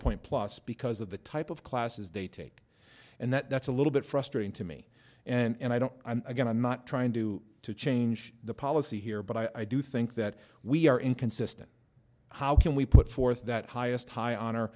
point plus because of the type of classes they take and that's a little bit frustrating to me and i don't again i'm not trying to change the policy here but i do think that we are inconsistent how can we put forth that highest high honor